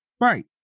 Right